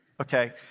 okay